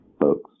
folks